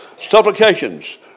supplications